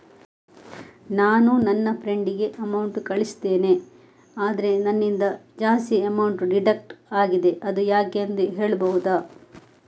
ನಾನು ನನ್ನ ಫ್ರೆಂಡ್ ಗೆ ಅಮೌಂಟ್ ಕಳ್ಸಿದ್ದೇನೆ ಆದ್ರೆ ನನ್ನಿಂದ ಜಾಸ್ತಿ ಅಮೌಂಟ್ ಡಿಡಕ್ಟ್ ಆಗಿದೆ ಅದು ಯಾಕೆಂದು ಹೇಳ್ಬಹುದಾ?